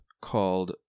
called